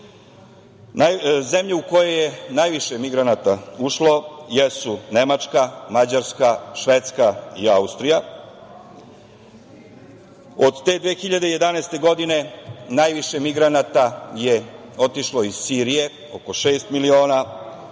u koju je najviše migranata ušlo jesu Nemačka, Mađarska, Švedska i Austrija. Od te 2011. godine najviše migranata je otišlo iz Sirije, oko šest miliona,